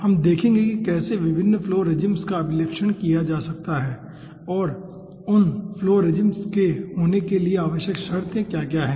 हम देखेंगे कि कैसे विभिन्न फ्लो रेजीम्स का अभिलक्षण कैसे किया जाता है और उन फ्लो रेजीम्स के होने के लिए आवश्यक शर्तें क्या हैं